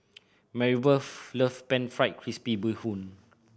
Maribeth love Pan Fried Crispy Bee Hoon